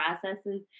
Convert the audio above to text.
processes